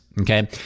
Okay